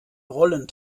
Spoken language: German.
rollen